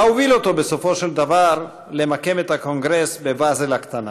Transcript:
מה הוביל אותו בסופו של דבר לקיים את הקונגרס בבאזל הקטנה?